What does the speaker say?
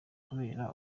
kubera